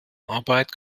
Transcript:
arbeit